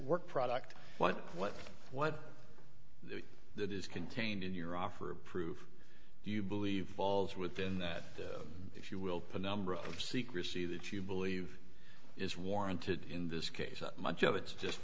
work product what what what that is contained in your offer of proof you believe falls within that if you will put number of secrecy that you believe is warranted in this case that much of it is just